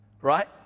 right